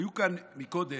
היו כאן קודם